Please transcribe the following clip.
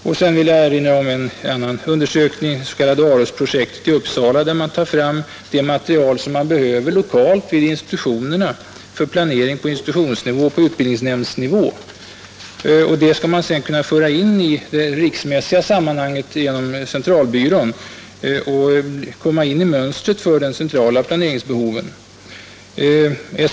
Vidare arbetar i Uppsala det s.k. AROS-projektet, där man tar fram det material som man behöver lokalt vid universitetet för planering på institutionsnivå och på utbildningsnämndsnivå. Detta skall sedan kunna föras in i statistiska centralbyråns mönster för de centrala planeringsbehoven.